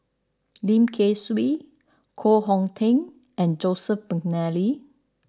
Lim Kay Siu Koh Hong Teng and Joseph McNally